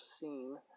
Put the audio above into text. seen